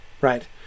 right